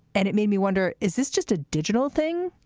and it made me wonder, is this just a digital thing?